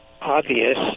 obvious